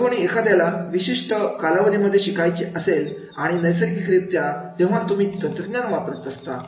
जर कोणी एखाद्या विशिष्ट कालावधीमध्ये शिकायचे असेल आणि नैसर्गिक रित्या तेव्हा तुम्ही तंत्रज्ञान वापरत असता